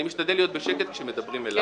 אני משתדל להיות בשקט כשמדברים אליי.